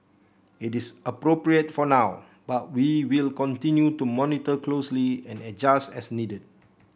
it is appropriate for now but we will continue to monitor closely and adjust as needed